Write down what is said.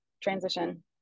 transition